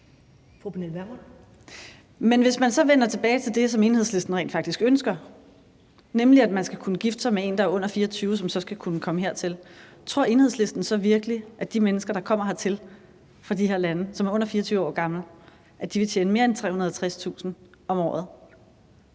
Hvis vi så vender tilbage til det, som Enhedslisten rent faktisk ønsker, nemlig at man skal kunne gifte sig med en, der er under 24 år, som så skulle kunne komme her til landet, tror Enhedslisten så virkelig, at de mennesker, der kommer hertil fra de her lande, som er under 24 år, vil tjene mere end 360.000 kr. om året?